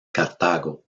cartago